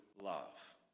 love